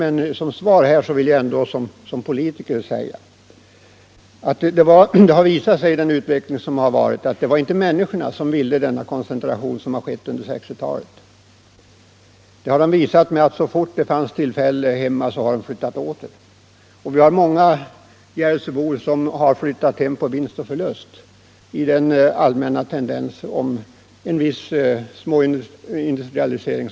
Men jag vill ändå som politiker säga att det inte var människorna som ville ha till stånd den koncentration som skedde under 1960-talet. Det har de visat genom att flytta tillbaka så snart det givits tillfälle. Många järvsöbor hart.o.m. flyttat hem på vinst och förlust även utan tillgång på fast arbete under de senare årens tendens till viss småindustrialisering.